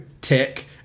tick